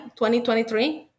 2023